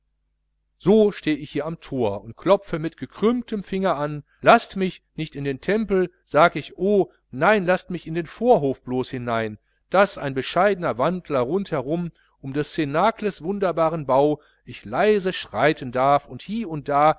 so steh ich hier am thor und klopfe mit gekrümmtem finger an laßt mich nicht in den tempel sag ich oh nein laßt mich in den vorhof blos hinein daß ein bescheidner wandler rund herum um des cnacles wunderbaren bau ich leise schreiten darf und hie und da